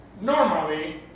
normally